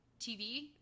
TV